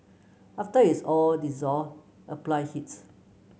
after is all dissolved apply heat